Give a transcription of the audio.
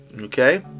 okay